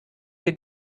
wir